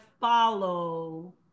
follow